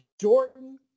Jordan